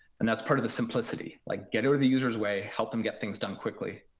and that's part of the simplicity. like get out of the users' way, help them get things done quickly.